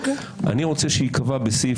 אני רוצה שייקבע בסעיף,